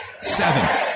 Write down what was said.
Seven